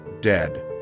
dead